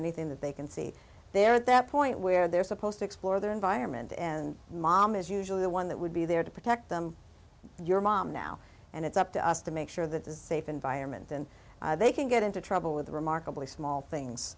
anything that they can see there at that point where they're supposed to explore their environment and mom is usually the one that would be there to protect them your mom now and it's up to us to make sure that is a safe environment and they can get into trouble with a remarkably small things